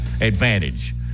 advantage